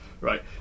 right